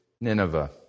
Nineveh